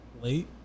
late